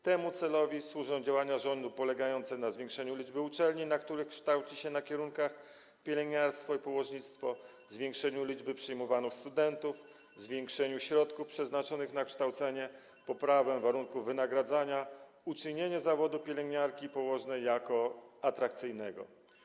Temu celowi służą działania rządu polegające na zwiększeniu liczby uczelni, na których kształci się na kierunkach: pielęgniarstwo i położnictwo, zwiększeniu liczby przyjmowanych studentów, zwiększeniu środków przeznaczonych na kształcenie, poprawie warunków wynagradzania, uczynieniu zawodu pielęgniarki i położnej atrakcyjnym.